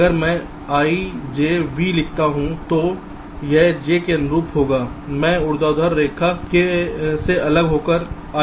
अगर मैं ijV लिखता हूं तो यह j के अनुरूप होगा मैं ऊर्ध्वाधर रेखा से अलग होकर I के बाईं ओर होता हूं